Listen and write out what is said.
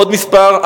עוד מספר,